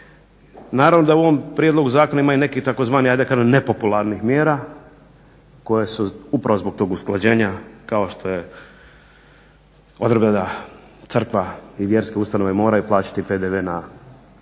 Naravno da u ovom prijedlogu zakona ima i nekih tzv., ajde da kažem nepopularnih mjera koje su upravo zbog tog usklađenja kao što je …/Govornik se ne razumije./… crkva i vjerske ustanove moraju plaćati PDV na dobra